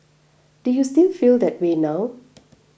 do you still feel that way now